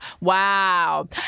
Wow